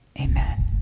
Amen